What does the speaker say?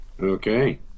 okay